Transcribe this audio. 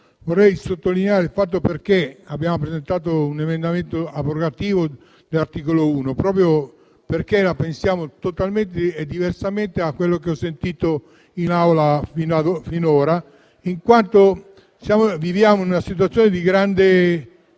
vorrei sottolineare il fatto che abbiamo presentato un emendamento abrogativo dell'articolo 1, proprio perché la pensiamo in maniera totalmente diversa da quello che abbiamo finora sentito in Aula, in quanto viviamo in una situazione di grande